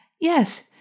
Yes